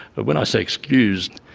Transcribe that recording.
but when i say excused,